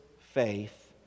faith